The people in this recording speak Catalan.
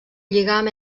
lligam